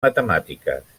matemàtiques